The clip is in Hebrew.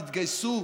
תתגייסו,